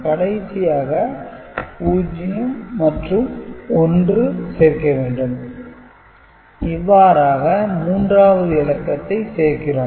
கடைசியாக 0 மற்றும் 1 சேர்க்க வேண்டும் இவ்வாறாக மூன்றாவதாக இலக்கத்தை சேர்க்கிறோம்